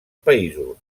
països